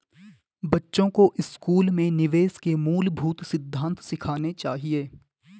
बच्चों को स्कूल में निवेश के मूलभूत सिद्धांत सिखाने चाहिए